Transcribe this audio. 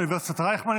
אוניברסיטת רייכמן,